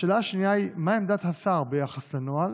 2. מה עמדת השר ביחס לנוהל?